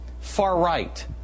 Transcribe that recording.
far-right